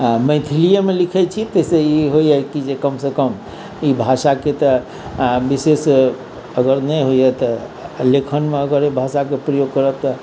मैथिलिएमे लिखैत छी ताहिसँ ई होइए कि जे कमसे कम ई भाषाके तऽ विशेष अगर नहि होइए तऽ लेखनमे अगर एहि भाषाके प्रयोग करब तऽ